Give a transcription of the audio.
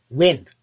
wind